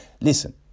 Listen